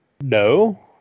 no